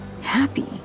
happy